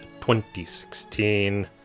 2016